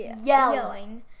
yelling